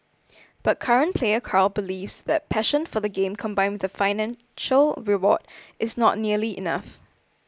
but current player Carl believes that passion for the game combined with a financial reward is not nearly enough